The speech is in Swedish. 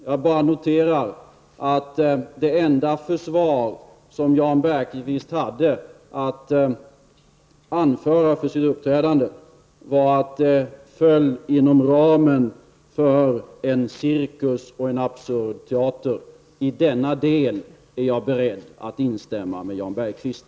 Jag bara noterar att det enda försvar som Jan Bergqvist hade att anföra för sitt uppträdande var att det föll inom ramen för en cirkus och en absurd teater. I denna del är jag beredd att instämma med Jan Bergqvist.